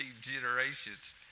generations